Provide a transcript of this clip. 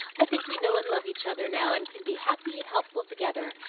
i think we know and love each other now, and can be happy and helpful together,